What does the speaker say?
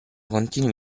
continui